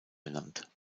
benannt